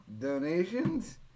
Donations